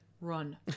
run